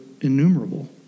innumerable